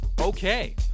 okay